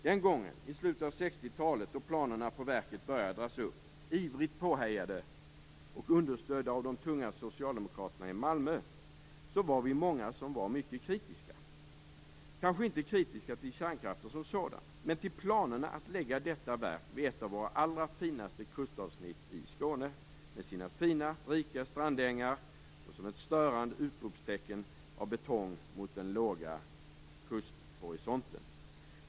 Den gången i slutet av 60-talet då planerna på verket började dras upp - ivrigt påhejade och understödda av de tunga socialdemokraterna i Malmö - var vi många som var mycket kritiska. Vi var kanske inte kritiska till kärnkraften som sådan, men vi var det till planerna att lägga detta verk vid ett av våra allra finaste kustavsnitt i Skåne med fina, rika strandängar. Detta skulle bli ett störande utropstecken av betong mot den låga kusthorisonten.